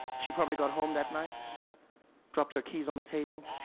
she probably got home that night dropped her keys on the table